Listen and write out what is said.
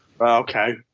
Okay